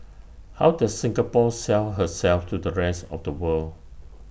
how does Singapore sell herself to the rest of the world